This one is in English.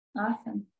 Awesome